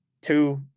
Two